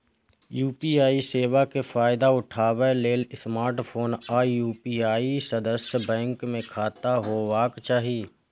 UPI सेवा के फायदा उठबै लेल स्मार्टफोन आ यू.पी.आई सदस्य बैंक मे खाता होबाक चाही